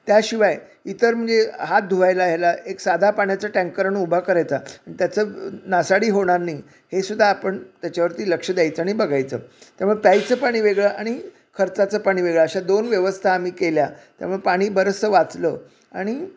त्याशिवाय इतर म्हणजे हात धुवायला ह्याला एक साधा पाण्याचं टँकर आणून उभा करायचा त्याचं नासाडी होणार नाही हे सुद्धा आपण त्याच्यावरती लक्ष द्यायचं आणि बघायचं त्यामुळे प्यायचं पाणी वेगळं आणि खर्चाचं पाणी वेगळं अशा दोन व्यवस्था आम्ही केल्या त्यामुळं पाणी बरंचसं वाचलं आणि